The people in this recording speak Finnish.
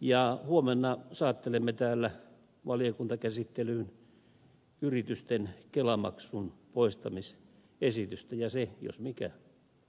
ja huomenna saattelemme täällä valiokuntakäsittelyyn yritysten kelamaksun poistamisesitystä ja se jos mikä